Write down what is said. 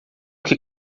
que